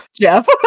Jeff